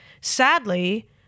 Sadly